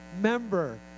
member